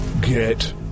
Get